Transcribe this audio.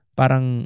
parang